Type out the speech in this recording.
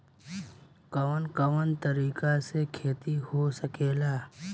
कवन कवन तरीका से खेती हो सकेला